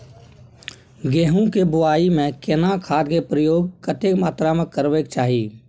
गेहूं के बुआई में केना खाद के प्रयोग कतेक मात्रा में करबैक चाही?